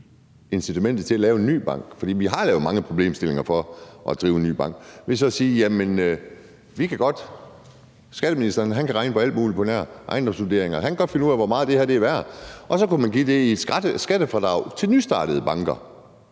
incitamentet til at lave en ny bank – og vi har skabt mange problemstillinger i forhold til at drive en ny bank – ved så at sige, at skatteministeren, som kan regne på alt muligt på nær ejendomsvurderinger, godt kan finde ud af, hvor meget det her er værd, og så kunne man give det som et skattefradrag til nystartede banker,